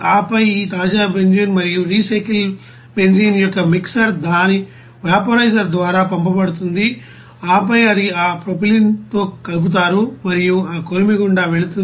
ఆపై ఈ తాజా బెంజీన్ మరియు రీసైకిల్ బెంజీన్ యొక్క మిక్సర్ దాని వాపో రైజర్ ద్వారా పంపబడుతుంది ఆపై అది ఆ ప్రొపైలిన్తో కలుపుతారు మరియు అది ఆ కొలిమి గుండా వెళుతుంది